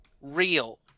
real